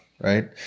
right